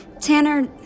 Tanner